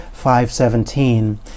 5.17